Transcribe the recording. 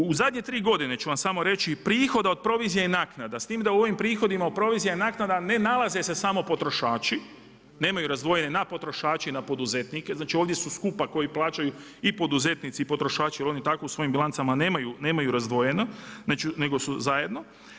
U zadnje tri godine ću vam samo reći prihoda od provizija i naknada, s tim da u ovim prihodima provizija naknada ne nalaze se samo potrošači, nemaju razdvojene na potrošače i na poduzetnike znači ovdje su skupa koji plaćaju i poduzetnici i potrošači jel u oni tako u svojim bilancama nemaju razdvojeno nego su zajedno.